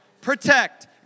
Protect